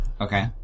Okay